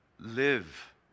live